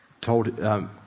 told